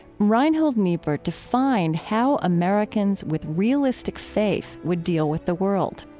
reinhold niebuhr defined how americans with realistic faith would deal with the world.